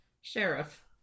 Sheriff